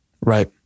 Right